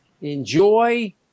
enjoy